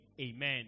amen